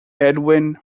edwin